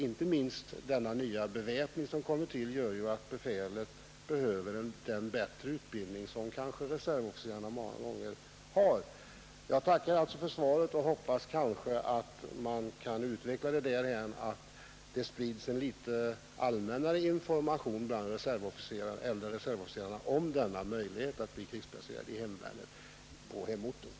Inte minst den nya beväpning som kommit till gör ju att befälet behöver den bättre utbildning som reservofficerarna i regel har. Jag tackar alltså för svaret och hoppas att utvecklingen kan gå därhän att det sprids en litet allmännare information bland de äldre reservofficerarna om denna möjlighet att bli krigsplacerad i hemvärnet på hemorten.